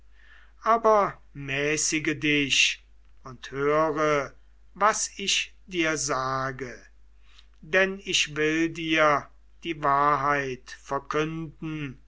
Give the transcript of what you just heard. aber mäßige dich und höre was ich dir sage denn ich will dir die wahrheit verkünden